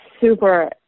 super